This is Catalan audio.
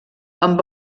amb